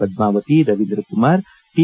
Padmavati Ravindra Kumar T